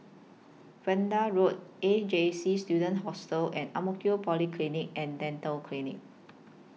Vanda Road A J C Student Hostel and Ang Mo Kio Polyclinic and Dental Clinic